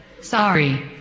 Sorry